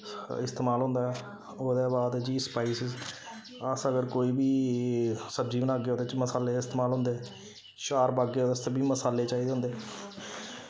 इस्तमाल होंदा ऐ ओह्दे बाद जी स्पाइसिस अस अगर कोई बी सब्जी बनागे ओह्दे च मसाले इस्तेमाल होंदे चार पागै ओह्दे आस्तै बी मसाले चाहिदे होंदे